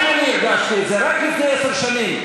גם אני הרגשתי את זה רק לפני עשר שנים.